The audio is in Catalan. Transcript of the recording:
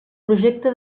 projecte